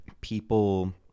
people